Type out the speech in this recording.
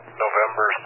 November